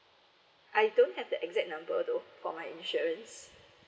I don't have the exact number though for my insurance